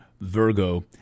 Virgo